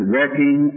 working